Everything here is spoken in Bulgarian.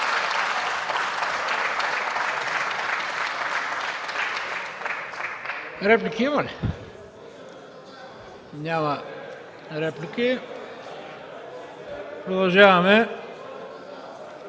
Реплики има ли? Няма. Продължаваме.